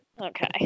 okay